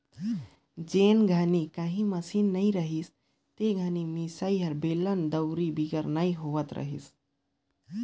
जेन घनी काही मसीन नी रहिस ते घनी मिसई हर बेलना, दउंरी बिगर नी होवत रहिस